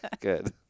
good